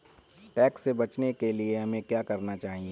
Tax से बचने के लिए हमें क्या करना चाहिए?